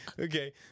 Okay